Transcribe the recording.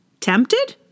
Tempted